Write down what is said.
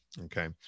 Okay